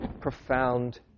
profound